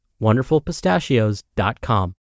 wonderfulpistachios.com